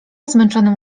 zmęczonym